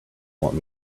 want